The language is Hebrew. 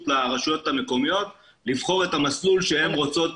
לרשויות המקומיות לבחור את המסלול שהן רוצות.